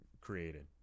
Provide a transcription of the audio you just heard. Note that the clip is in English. created